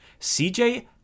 CJ